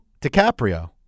DiCaprio